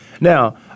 Now